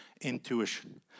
intuition